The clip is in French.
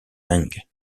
meng